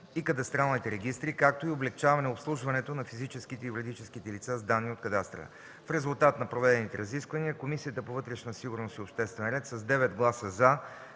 и кадастралните регистри, както и облекчаване обслужването на физическите и юридическите лица с данни от кадастъра. В резултат на проведените разисквания, Комисията по вътрешна